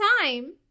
time